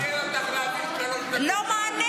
--- מעניין